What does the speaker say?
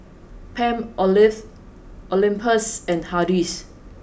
Palmolive Olympus and Hardy's